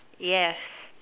yes